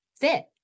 fit